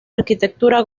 arquitectura